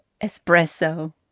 Espresso